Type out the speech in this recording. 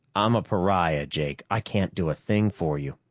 i'm a pariah, jake. i can't do a thing for you.